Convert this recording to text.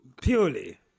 Purely